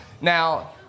Now